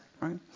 right